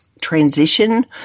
transition